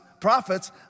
prophets